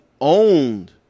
owned